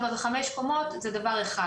4 ו-5 קומות זה דבר אחד.